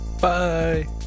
Bye